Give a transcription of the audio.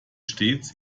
stets